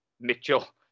Mitchell